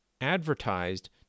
advertised